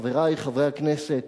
חברי חברי הכנסת,